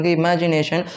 imagination